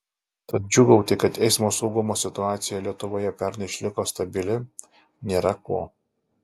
tad džiūgauti kad eismo saugumo situacija lietuvoje pernai išliko stabili nėra ko